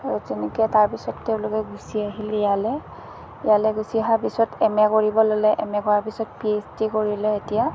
আৰু তেনেকৈ তাৰপিছত তেওঁলোকে গুচি আহিল ইয়ালৈ ইয়ালৈ গুচি অহাৰ পিছত এম এ কৰিব ল'লে এম এ কৰাৰ পিছত পি এইচ ডি কৰিলে এতিয়া